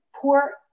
poor